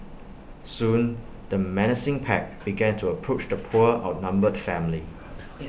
soon the menacing pack began to approach the poor outnumbered family